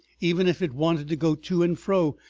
even if it wanted to go to and fro,